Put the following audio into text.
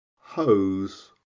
hose